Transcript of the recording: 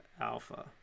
Alpha